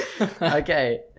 Okay